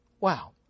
Wow